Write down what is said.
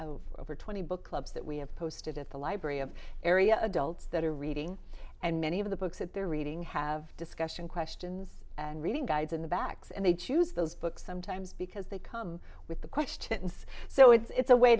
over twenty book clubs that we have posted at the library of area adults that are reading and many of the books that they're reading have discussion questions and reading guides in the backs and they choose those books sometimes because they come with the questions so it's